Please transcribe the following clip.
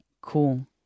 Cool